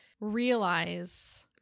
realize